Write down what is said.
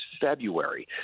February